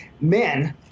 men